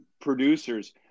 producers